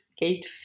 gate